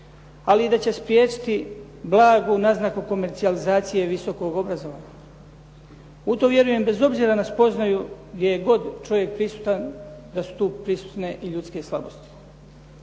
ali i da će spriječiti blagu nazanku komercijalizacije visokog obrazovanja. U to vjerujem bez obzira na spoznaju gdje god je čovjek prisutan, da su tu prisutne i ljudske slabosti.